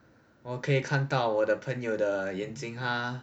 我可以看到我的朋友的眼睛他